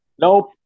Nope